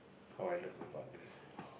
how I love my partner